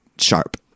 sharp